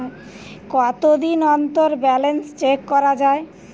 কতদিন অন্তর balance check করা য়ায়?